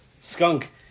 skunk